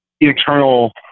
internal